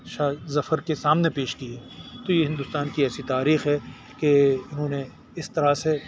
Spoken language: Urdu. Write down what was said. شاہ ظفر کے سامنے پیش کیے تو یہ ہندوستان کی ایسی تاریخ ہے کہ انہوں نے اس طرح سے